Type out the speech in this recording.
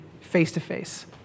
face-to-face